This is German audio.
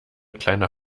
kleiner